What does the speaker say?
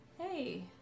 Hey